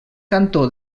cantó